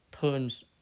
turns